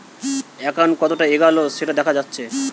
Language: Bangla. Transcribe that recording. একাউন্ট কতোটা এগাল সেটা দেখা যাচ্ছে